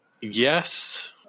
Yes